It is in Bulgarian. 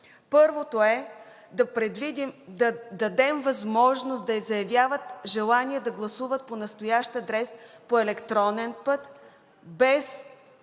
Първото е да дадем възможност да заявяват желание да гласуват по настоящ адрес по електронен път без